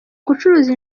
gucuruza